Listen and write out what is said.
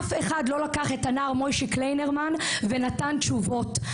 אף אחד לא לקח את הנער מויישי קליינרמן ונתן תשובות,